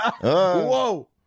whoa